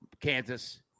Kansas